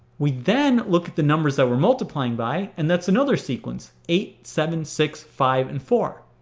we then look at the numbers that we are multiplying by and that's another sequence eight, seven, six, five, and four.